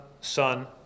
Son